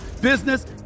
business